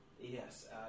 Yes